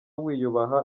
wiyubaha